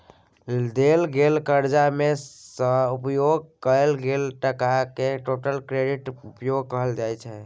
देल गेल करजा मे सँ उपयोग कएल गेल टकाकेँ टोटल क्रेडिट उपयोग कहल जाइ छै